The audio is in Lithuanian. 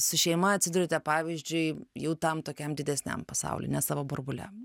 su šeima atsiduriate pavyzdžiui jau tam tokiam didesniam pasauly ne savo burbule